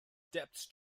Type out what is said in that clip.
depth